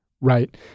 right